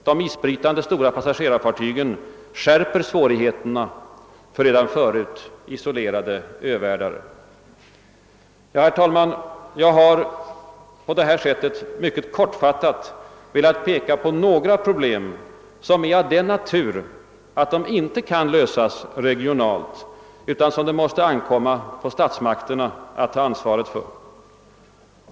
De isbrytande stora passagerarfartygen skärper svårigheterna för redan förut isolerade övärldar. Herr talman! Jag har på detta sätt mycket kortfattat velat peka på några problem som är av den natur att de inte kan lösas regionalt utan som det måste ankomma på statsmakterna att ta ansvaret för.